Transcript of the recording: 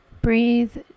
Breathe